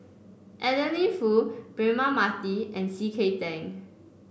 Adeline Foo Braema Mathi and C K Tang